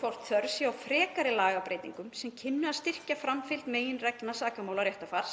hvort þörf sé á frekari lagabreytingum sem kynnu að styrkja framfylgd meginreglna sakamálaréttarfars,